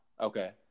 Okay